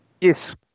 yes